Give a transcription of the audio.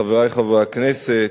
חברי חברי הכנסת,